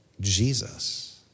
Jesus